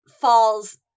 falls